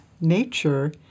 nature